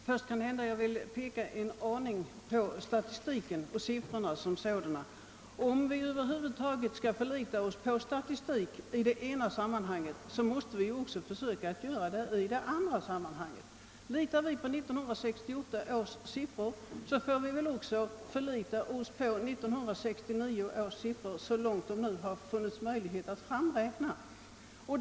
Herr talman! Jag vill först peka på föreliggande statistik. Om vi över huvud taget skall förlita oss på statistik i det ena sammanhanget, måste vi också göra det i det andra sammanhanget. Litar vi på 1968 års siffror, får vi väl också förlita oss på 1969 års siffror så långt det nu funnits möjlighet att framräkna dessa.